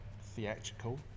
theatrical